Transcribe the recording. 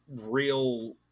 real